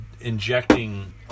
injecting